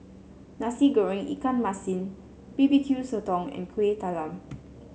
Nasi Goreng Ikan Masin B B Q Sotong and Kueh Talam